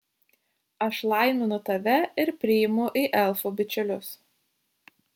aš laiminu tave ir priimu į elfų bičiulius